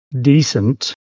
decent